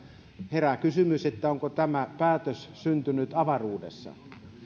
herää kysymys onko tämä päätös syntynyt avaruudessa